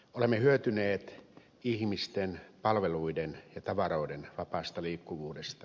olemme hyötyneet ihmisten palveluiden ja tavaroiden vapaasta liikkuvuudesta